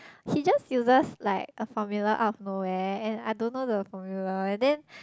he just uses like a formula out of nowhere and I don't know the formula and then